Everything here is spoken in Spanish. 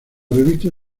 revista